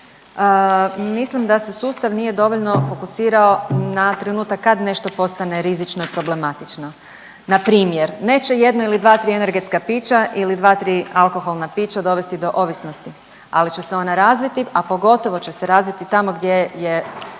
mislim da se sustav nije dovoljno fokusirao na trenutak kad nešto postane rizično i problematično. Npr. neće jedno ili dva, tri energetska pića ili dva, tri alkoholna pića dovesti do ovisnosti, ali će se ona razviti, a pogotovo će se razviti tamo gdje je